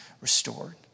restored